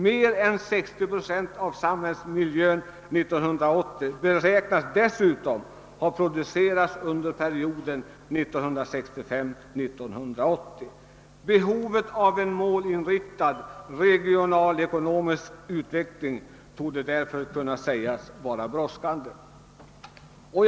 Mer än 60 procent av samhällsmiljön 1980 beräknas dessutom ha producerats under perioden 1965— 1980. Behovet av en målinriktad regionalekonomisk utveckling torde således va ra brådskande.